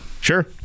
sure